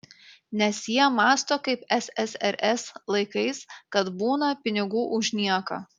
nes jie mąsto kaip ssrs laikais kad būna pinigų už nieką